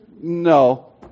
No